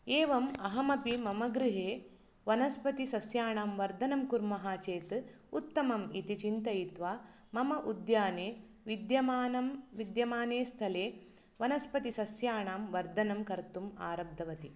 एवम् अहमपि मम गृहे वनस्पतिसस्याणां वर्धनं कुर्मः चेत् उत्तमम् इति चिन्तयित्वा मम उद्याने विद्यमानं विद्यमाने स्थले वनस्पतिसस्यानां वर्दनं कर्तुम् आरब्धवती